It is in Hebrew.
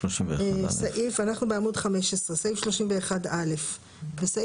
--- זה לא מוגדר כייבוא, זה מוגדר